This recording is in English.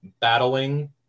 battling